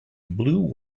blue